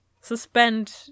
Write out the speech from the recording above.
Suspend